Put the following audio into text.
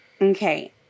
Okay